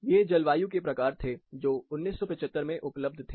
ये जलवायु के प्रकार थे जो 1975 में उपलब्ध थे